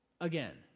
Again